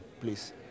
Please